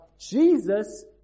Jesus